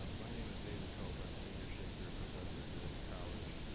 um my name is david cope. i'm senior shakespeare professor here at the college.